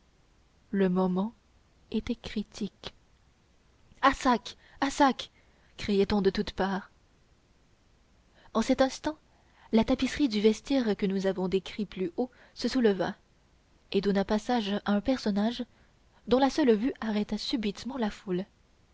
le moment était critique à sac à sac criait-on de toutes parts en cet instant la tapisserie du vestiaire que nous avons décrit plus haut se souleva et donna passage à un personnage dont la seule vue arrêta subitement la foule